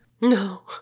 No